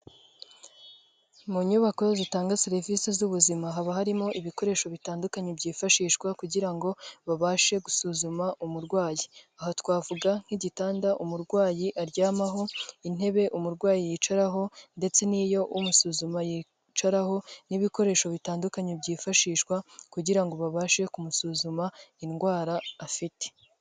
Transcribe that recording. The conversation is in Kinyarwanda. Mu nyubako zitanga serivisi z'ubuzima, haba harimo ibikoresho bitandukanye byifashishwa kugira ngo babashe gusuzuma umurwayi. Aha twavuga nk'igitanda umurwayi aryamaho, intebe umurwayi yicaraho ndetse n'iyo umusuzuma yicaraho, n'ibikoresho bitandukanye byifashishwa kugira ngo babashe kumusuzuma indwara afite.